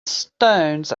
stones